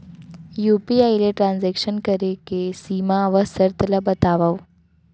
UPI ले transaction करे के सीमा व शर्त ला बतावव?